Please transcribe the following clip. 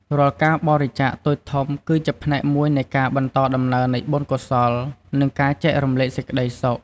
រាល់ការបរិច្ចាគតូចធំ គឺជាផ្នែកមួយនៃការបន្តដំណើរនៃបុណ្យកុសល និងការចែករំលែកសេចក្តីសុខ។